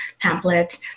pamphlets